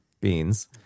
beans